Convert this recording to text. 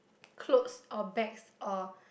clothes or bags or